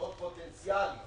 אסונות פוטנציאליים